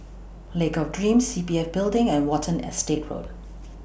Lake of Dreams C P F Building and Watten Estate Road